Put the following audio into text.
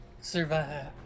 survive